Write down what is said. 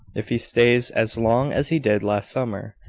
if he stays as long as he did last summer.